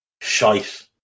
Shite